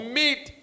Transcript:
meet